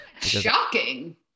Shocking